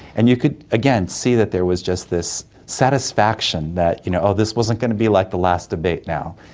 and you could, again, see that there was just this satisfaction that you know this wasn't going to be like the last debate now.